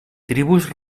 tribus